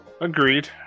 Agreed